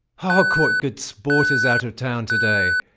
hark what good sport is out of town to-day!